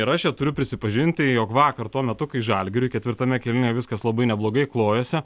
ir aš čia turiu prisipažinti jog vakar tuo metu kai žalgiriui ketvirtame kėlinyje viskas labai neblogai klojosi